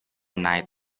night